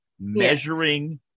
measuring